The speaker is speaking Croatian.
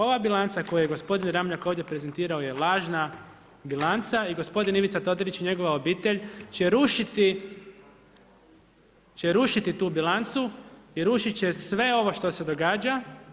Ova bilanca koju je gospodin Ramljak ovdje prezentirao je lažna bilanca i gospodin Ivica Todorić i njegova obitelj će rušiti tu bilancu i rušit će sve ovo što se događa.